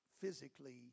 physically